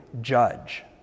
judge